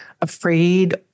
afraid